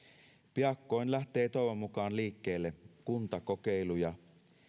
piakkoin lähtee toivon mukaan liikkeelle kuntakokeiluja